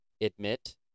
admit